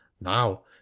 now